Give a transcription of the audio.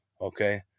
okay